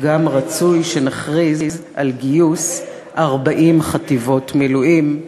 / גם רצוי שנכריז על גיוס / ארבעים חטיבות מילואים".